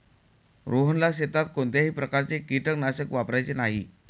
रोहनला शेतात कोणत्याही प्रकारचे कीटकनाशक वापरायचे नाही